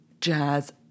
jazz